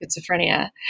schizophrenia